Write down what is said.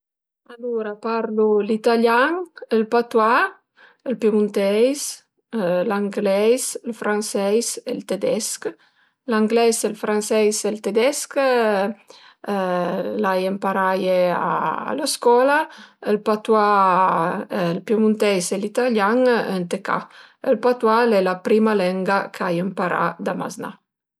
Alura parlu l'italian, ël patouà, ël piemunteis, l'angleis, ël franseis e ël tedesch. L'anglais, ël franseis e ël tedesch l'ai ëmparaie a la scola, ël patouà, ël piemunteis e l'italian ënt e ca. Ël patouà l'e la prima lenga ch'ai ëmparà da maznà